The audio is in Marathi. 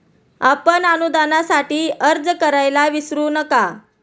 आपण अनुदानासाठी अर्ज करायला विसरू नका